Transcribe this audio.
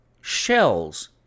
shells